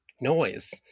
noise